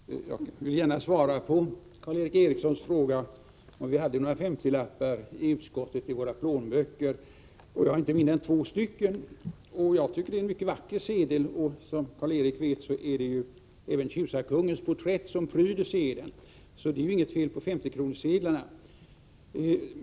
Herr talman! Jag vill gärna svara på Karl Erik Erikssons fråga, om vi som tillhör finansutskottet har några femtiolappar i våra plånböcker. Jag har inte mindre än två stycken. Jag tycker att det är en mycket vacker sedel, och som Karl Erik Eriksson vet är det tjusarkungens porträtt som pryder sedeln. Så det är inget fel på 50-kronorssedeln.